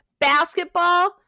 basketball